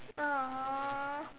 !aww!